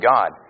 God